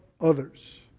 others